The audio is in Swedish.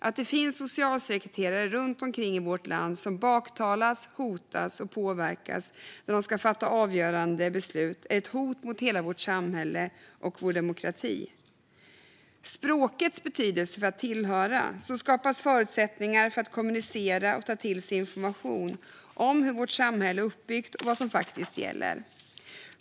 Att det finns socialsekreterare runt omkring i vårt land som baktalas, hotas och påverkas när de ska fatta avgörande beslut är ett hot mot hela vårt samhälle och mot vår demokrati. Språket har betydelse för tillhörighet. Språket skapar förutsättningar för att kommunicera och ta till sig information om hur vårt samhälle är uppbyggt och om vad som faktiskt gäller.